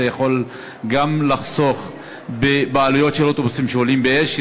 זה יכול גם לחסוך בעלויות של אוטובוסים שעולים באש,